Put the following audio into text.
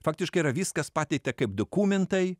faktiškai yra viskas pateikta kaip dokumentai